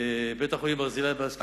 בית-החולים "ברזילי" באשקלון,